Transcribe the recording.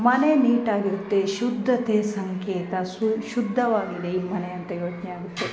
ಮನೆ ನೀಟಾಗಿರುತ್ತೆ ಶುದ್ಧತೆಯ ಸಂಕೇತ ಶು ಶುದ್ಧವಾಗಿದೆ ಈ ಮನೆ ಅಂತ ಯೋಚನೆ ಆಗುತ್ತೆ